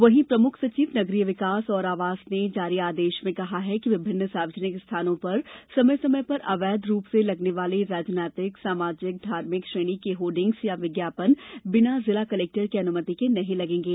वहीं प्रमुख सचिव नगरीय विकास एवं आवास ने जारी आदेश में कहा है कि विभिन्न सार्वजनिक स्थानों पर समय समय पर अवैध रूप से लगने वाले राजनैतिक सामाजिक धार्मिक श्रेणी के होर्डिंग्स या विज्ञापन बिना जिला कलेक्टर की अनुमति के नहीं लगेंगे